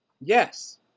Yes